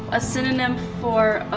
a synonym for